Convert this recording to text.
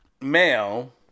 male